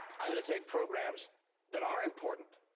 i'm going to take programs that are important,